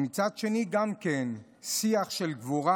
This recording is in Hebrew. ומצד שני גם כן שיח של גבורה.